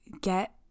get